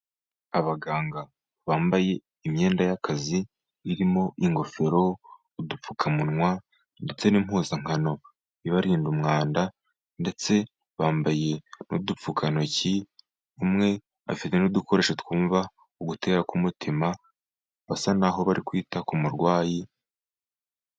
Abaganga bambaye imyenda y'akazi irimo n'ingofero, udupfukamunwa ndetse n'impuzankano ibarinda umwanda. Ndetse bambaye n'udupfukantoki, umwe afite n'udukoresho twumva ugutera k'umutima, basa n'aho bari kwita ku murwayi.